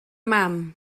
mam